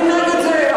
אני נגד זה.